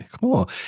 cool